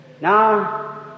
Now